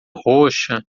roxa